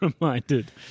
reminded